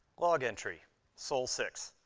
log entry sol six.